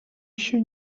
еще